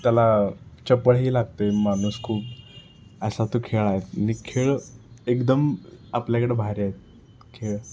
त्याला चपळही लागते माणूस खूप असा तो खेळ आहे आणि खेळ एकदम आपल्याकडे भारी आहेत खेळ